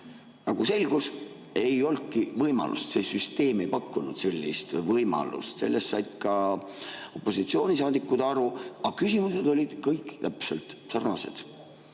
Nagu selgus, ei olnudki võimalust, see süsteem ei pakkunud sellist võimalust. Sellest said ka opositsioonisaadikud aru. Aga küsimused olid kõik täpselt sarnased.